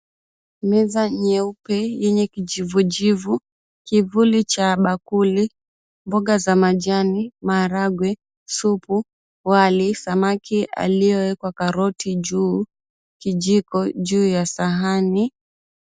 Meza nyeupe yenye kijivujivu, kivuli cha bakuli, mboga za majani, maharagwe, supu, wali, samaki aliyewekwa karoti juu, kijiko juu ya sahani.